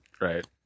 Right